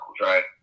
right